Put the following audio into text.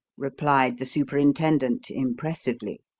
replied the superintendent, impressively.